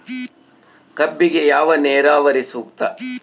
ಕಬ್ಬಿಗೆ ಯಾವ ನೇರಾವರಿ ಸೂಕ್ತ?